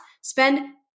spend